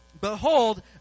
Behold